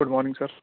good morning sir